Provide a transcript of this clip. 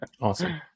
awesome